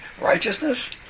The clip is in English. righteousness